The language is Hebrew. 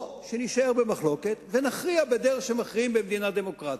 או שנישאר במחלוקת ונכריע בדרך שמכריעים במדינה דמוקרטית.